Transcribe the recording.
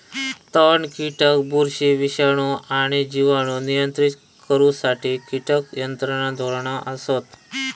तण, कीटक, बुरशी, विषाणू आणि जिवाणू नियंत्रित करुसाठी कीटक नियंत्रण धोरणा असत